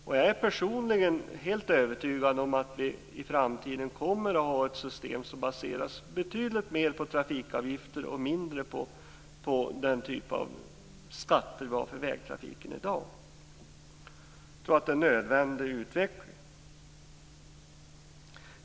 Jag är personligen helt övertygad om att vi i framtiden kommer att ha ett system som betydligt mer baseras på trafikavgifter och mindre på den typ av skatter som vi har för vägtrafik i dag. Jag tror att det är en nödvändig utveckling.